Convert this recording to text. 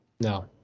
No